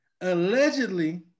allegedly